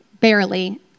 barely